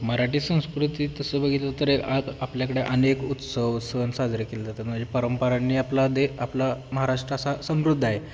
मराठी संस्कृती तसं बघितलं तरी आ आपल्याकडे अनेक उत्सव सण साजरे केले जातात म्हणजे परंपरांनी आपला देश आपला महाराष्ट्र असा समृद्ध आहे